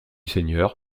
seigneur